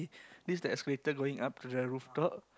this is escalator going up to the rooftop